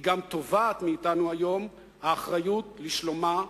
היא גם תובעת מאתנו היום את האחריות לשלומה,